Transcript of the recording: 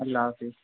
اللہ حافظ